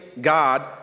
God